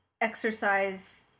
exercise